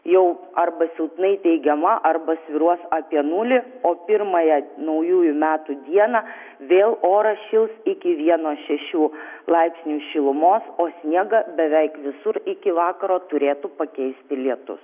jau arba silpnai teigiama arba svyruos apie nulį o pirmąją naujųjų metų dieną vėl oras šils iki vieno šešių laipsnių šilumos o sniegą beveik visur iki vakaro turėtų pakeisti lietus